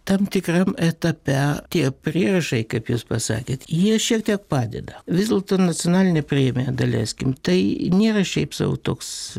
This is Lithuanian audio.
tam tikram etape tie prierašai kaip jūs pasakėt jie šiek tiek padeda vis dėlto nacionalinė premija daleiskim tai nėra šiaip sau toks